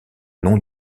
nom